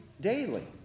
daily